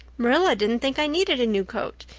marilla didn't think i needed a new coat.